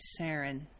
Saren